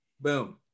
Boom